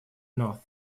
north